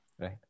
Right